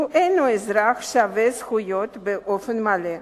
הוא אינו אזרח שווה זכויות באופן מלא.